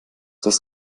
das